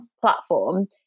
platform